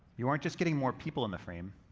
you aren't just getting more people in the frame,